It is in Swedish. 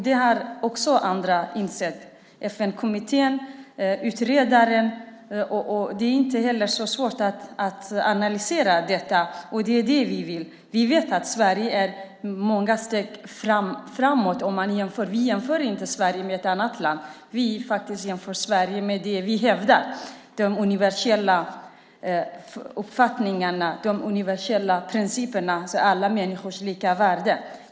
Det har också andra insett, FN-kommittén och utredaren. Det är inte heller så svårt att analysera detta. Det är det vi vill. Vi vet att Sverige i många stycken är framåt. Men vi jämför inte Sverige med något annat land, utan vi jämför Sverige med det vi hävdar, de universella uppfattningarna och principerna om alla människors lika värde.